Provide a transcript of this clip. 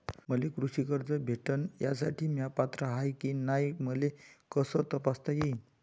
मले कृषी कर्ज भेटन यासाठी म्या पात्र हाय की नाय मले कस तपासता येईन?